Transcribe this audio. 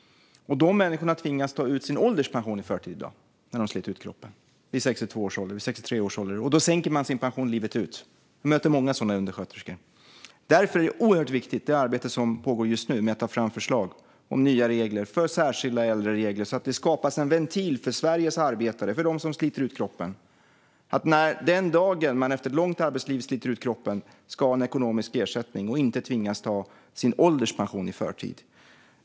De tvingas att ta ut sin ålderspension i förtid när de slitit ut kroppen vid 62 eller 63 års ålder, och då sänker de sin pension livet ut. Jag möter många sådana undersköterskor. Därför är det ett oerhört viktigt arbete som pågår just nu med att ta fram förslag om särskilda äldreregler, så att det skapas en ventil för Sveriges arbetare, att de efter ett långt arbetsliv som slitit ut kroppen ska ha en ekonomisk ersättning och inte tvingas att ta ut sin ålderspension i förtid.